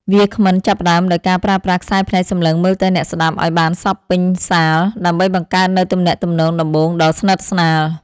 វាគ្មិនចាប់ផ្ដើមដោយការប្រើប្រាស់ខ្សែភ្នែកសម្លឹងមើលទៅអ្នកស្ដាប់ឱ្យបានសព្វពេញសាល ដើម្បីបង្កើតនូវទំនាក់ទំនងដំបូងដ៏ស្និទ្ធស្នាល។